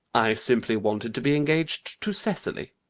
i simply wanted to be engaged to cecily.